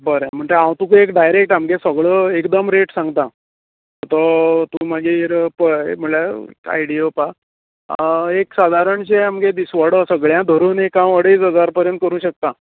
बरें म्हणट हांव तुका एक डायरॅक्ट आमगे सगळो एकदम रेट सांगता तो तूं मागीर पळय म्हणळ्यार आयडिया योवपा एक सादारण शे आमगे दिसवाडो सगळ्यां धरून एक हांव अडेज हजार बसून करूं शकता